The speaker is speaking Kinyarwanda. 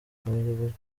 dukomeje